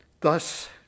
Thus